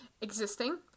existing